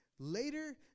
Later